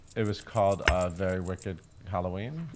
it was called a very wicked halloween?